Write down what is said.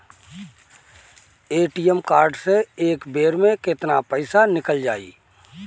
ATM card से एक बेर मे केतना पईसा निकल जाई?